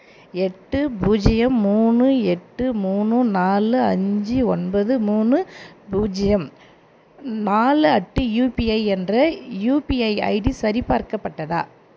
எட்டு பூஜ்ஜியம் மூணு எட்டு மூணு நாலு அஞ்சு ஒன்பது மூணு பூஜ்ஜியம் நாலு அட் யுபிஐ என்ற யுபிஐ ஐடி சரிபார்க்கப்பட்டதா